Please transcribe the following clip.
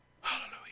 Hallelujah